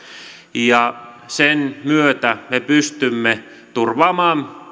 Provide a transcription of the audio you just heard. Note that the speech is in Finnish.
ja sen myötä me pystymme turvaamaan